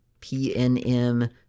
pnm